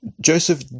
Joseph